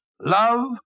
Love